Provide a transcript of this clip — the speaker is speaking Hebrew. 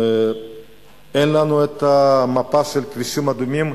אין לנו מפה של הכבישים האדומים.